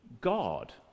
God